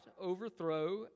overthrow